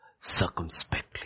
circumspectly